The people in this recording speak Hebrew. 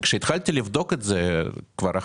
כשהתחלתי לבדוק את זה מול רשות המסים,